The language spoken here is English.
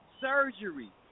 Surgery